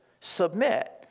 submit